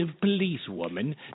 policewoman